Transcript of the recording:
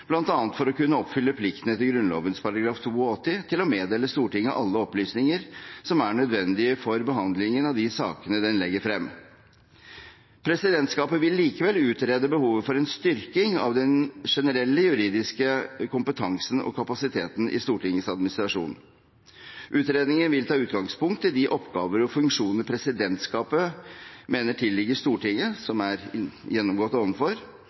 for å kunne oppfylle plikten etter Grunnloven § 82 til å meddele Stortinget alle opplysninger som er nødvendige for behandlingen av de sakene den legger frem. Presidentskapet vil likevel utrede behovet for en styrking av den generelle juridiske kompetansen og kapasiteten i Stortingets administrasjon. Utredningen vil ta utgangspunkt i de oppgaver og funksjoner presidentskapet mener tilligger Stortinget – som er gjennomgått ovenfor